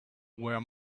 where